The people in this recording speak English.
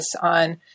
on